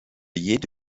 jede